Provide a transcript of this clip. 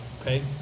okay